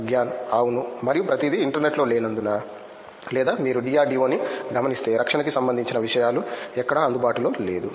ప్రగ్యాన్ అవును మరియు ప్రతిదీ ఇంటర్నెట్లో లేనందున లేదా మీరు DRDO ని గమనిస్తే రక్షణ కి సంబంధించిన విషయాలు ఎక్కడా అందుబాటులో లేదు